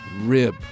rib